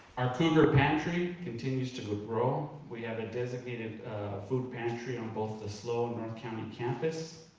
our cougar pantry continues to grow. we have a designated food pantry on both the slo and north county campus.